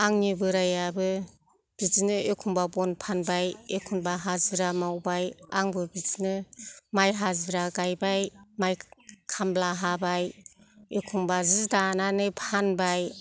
आंनि बोरायाबो बिदिनो एखम्ब्ला बन फानबाय एखम्ब्ला हाजिरा मावबाय आंबो बिदिनो माइ हाजिरा गायबाय माइ खामला हाबाय एखम्ब्ला जि दानानै फानबाय